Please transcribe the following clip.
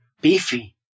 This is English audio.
beefy